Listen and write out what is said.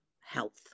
health